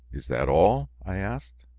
is that all? i asked.